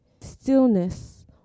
Stillness